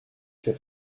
cup